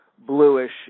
bluish